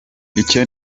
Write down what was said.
icyo